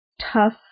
tough